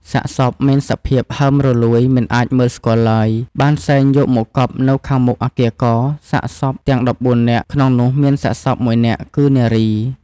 សាកសពមានសភាពហើមរលួយមិនអាចមើលស្គាល់ឡើយ បានសែងយកមកកប់នៅខាងមុខ អគារ "ក" សាកសពទាំង១៤នាក់ ក្នុងនោះមានសាកសព១នាក់គឺនារី។